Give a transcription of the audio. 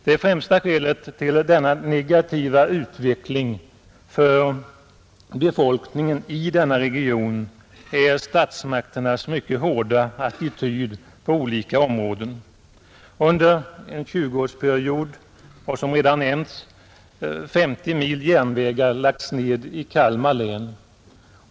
Det främsta skälet till denna negativa utveckling för befolkningen i denna region är statsmakternas mycket hårda attityd på olika områden. Under en 20-årsperiod har, som redan nämnts, 50 mil järnvägar lagts ned i Kalmar län.